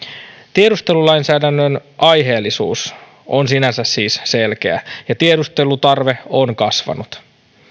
tiedustelulainsäädännön aiheellisuus on sinänsä siis selkeä ja tiedustelutarve on kasvanut